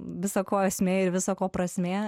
visa ko esmė ir visa ko prasmė